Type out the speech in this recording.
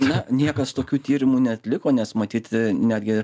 na niekas tokių tyrimų neatliko nes matyt netgi